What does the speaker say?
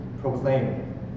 proclaim